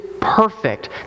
perfect